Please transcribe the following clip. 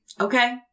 Okay